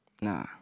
Nah